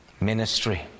ministry